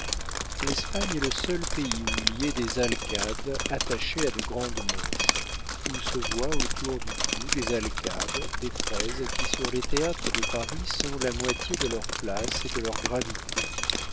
l'espagne est le seul pays où il y ait des alcades attachés à de grandes manches où se voient autour du cou des alcades des fraises qui sur les théâtres de paris sont la moitié de leur place et de leur gravité